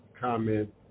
Comment